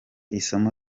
isomo